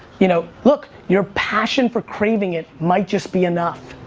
you know look your passion for craving it might just be enough.